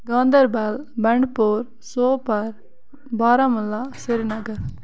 Ganderbal Bandipora Sopore Baramulla Sri Nagar